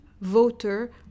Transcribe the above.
voter